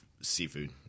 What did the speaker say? seafood